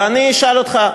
ואני אשאל אותך,